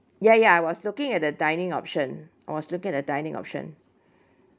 ya ya I was looking at the dining option I was looking at the dining option